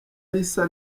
risa